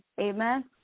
amen